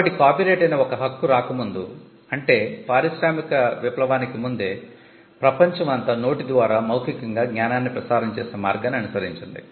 కాబట్టి కాపీరైట్ అనే ఒక హక్కు రాకముందు అంటే పారిశ్రామిక విప్లవానికి ముందే ప్రపంచం అంతా నోటి ద్వారా మౌఖికంగా జ్ఞానాన్ని ప్రసారం చేసే మార్గాన్ని అనుసరించింది